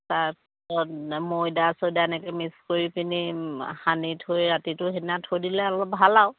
তাৰপিছত মৈদা চৈদা এনেকৈ মিক্স কৰিপেনি সানি থৈ ৰাতিটো সেইদিনা থৈ দিলে অলপ ভাল আৰু